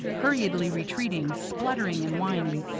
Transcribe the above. hurriedly retreating, spluttering and whining,